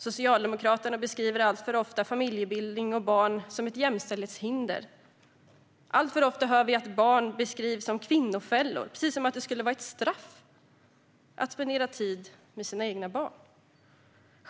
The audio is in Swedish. Socialdemokraterna beskriver alltför ofta familjebildning och barn som ett jämställdhetshinder. Alltför ofta hör vi att barn beskrivs som kvinnofällor, precis som att det skulle vara ett straff att spendera tid med sina egna barn.